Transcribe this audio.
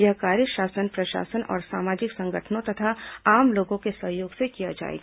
यह कार्य शासन प्रशासन और सामाजिक संगठनों तथा आम लोगों के सहयोग से किया जाएगा